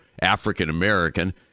African-American